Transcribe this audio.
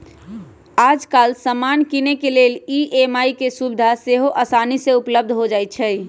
याजकाल समान किनेके लेल ई.एम.आई के सुभिधा सेहो असानी से उपलब्ध हो जाइ छइ